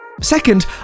second